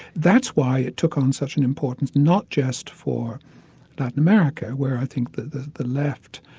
that's why it took on such an importance, not just for latin america where i think the the left,